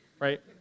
right